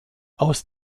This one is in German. aus